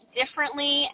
differently